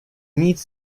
nic